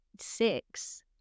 six